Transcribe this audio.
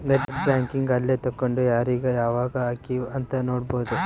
net banking ಅಲ್ಲೆ ತೆಕ್ಕೊಂಡು ಯಾರೀಗ ಯಾವಾಗ ಹಕಿವ್ ಅಂತ ನೋಡ್ಬೊದು